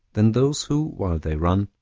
than those who, while they run,